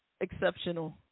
Exceptional